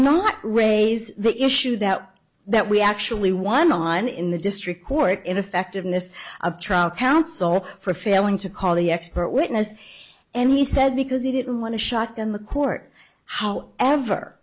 not raise is the issue that that we actually won on in the district court ineffectiveness of trial counsel for failing to call the expert witness and he said because he didn't want to shut down the court how ever